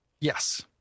Yes